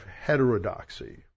heterodoxy